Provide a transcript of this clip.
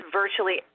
virtually